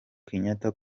kenyatta